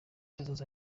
hazaza